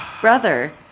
brother